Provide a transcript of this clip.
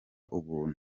ubuntu